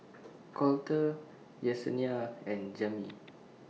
Colter Yesenia and Jami